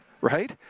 right